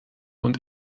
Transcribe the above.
und